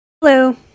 Hello